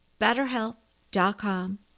Betterhelp.com